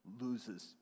loses